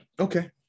Okay